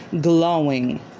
glowing